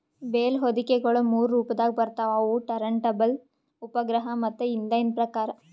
bale ಹೊದಿಕೆಗೊಳ ಮೂರು ರೊಪದಾಗ್ ಬರ್ತವ್ ಅವು ಟರಂಟಬಲ್, ಉಪಗ್ರಹ ಮತ್ತ ಇನ್ ಲೈನ್ ಪ್ರಕಾರ್